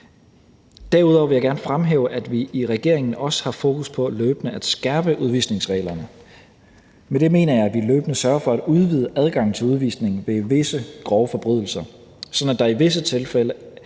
Derudover vil jeg gerne fremhæve, at vi i regeringen også har fokus på løbende at skærpe udvisningsreglerne. Med det mener jeg, at vi løbende sørger for at udvide adgangen til udvisning ved visse grove forbrydelser, sådan at der i disse tilfælde